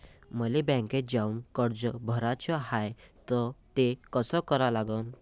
मले बँकेत जाऊन कर्ज भराच हाय त ते कस करा लागन?